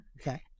Okay